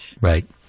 Right